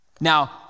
Now